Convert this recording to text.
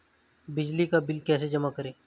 बिजली का बिल कैसे जमा करें?